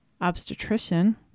obstetrician